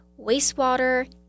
wastewater